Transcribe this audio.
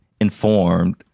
informed